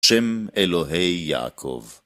שם אלוהי יעקב